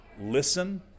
listen